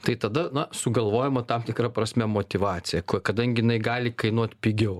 tai tada na sugalvojama tam tikra prasme motyvacija kuo kadangi inai gali kainuot pigiau